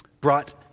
brought